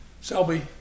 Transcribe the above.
Selby